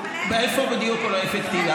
ואיפה בדיוק הוא לא אפקטיבי.